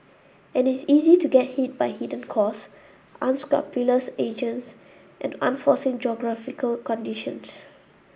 and it's easy to get hit by hidden costs unscrupulous agents and unforeseen geographical conditions